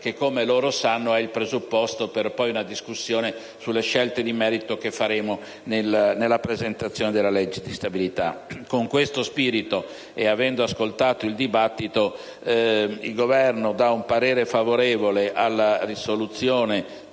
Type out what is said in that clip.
che, come loro sanno, è il presupposto per una discussione sulle scelte di merito che faremo nella legge di stabilità. Con questo spirito, e avendo ascoltato il dibattito, il Governo esprime un parere favorevole sulla proposta